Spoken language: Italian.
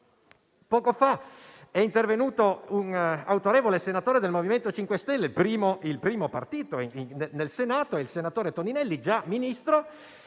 Poco fa è intervenuto un autorevole senatore del MoVimento 5 Stelle, il maggiore Gruppo nel Senato, il senatore Toninelli, già Ministro,